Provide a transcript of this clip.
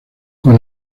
con